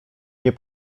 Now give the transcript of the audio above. nie